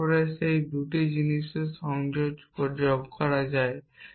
তারপর সেই 2টি জিনিসের সংযোজন যোগ করা যেতে পারে